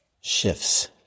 shifts